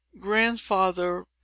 Grandfather